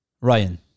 Ryan